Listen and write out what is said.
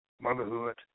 motherhood